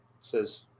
says